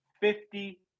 fifty